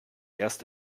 erst